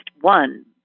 one